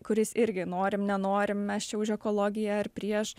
kuris irgi norim nenorim mes čia už ekologiją ar prieš